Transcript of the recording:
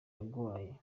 yaguhaye